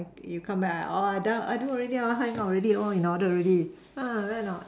you come back I ah I done I do already I hang out already all in order already ah right or not